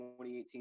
2018